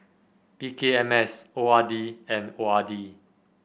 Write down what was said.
P K M S O R D and O R D